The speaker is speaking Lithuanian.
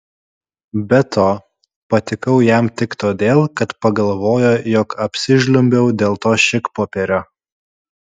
be to patikau jam tik todėl kad pagalvojo jog apsižliumbiau dėl to šikpopierio